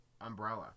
umbrella